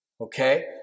okay